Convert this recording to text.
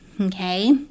okay